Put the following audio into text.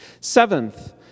Seventh